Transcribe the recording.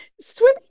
swim